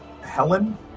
Helen